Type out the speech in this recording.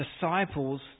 disciples